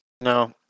No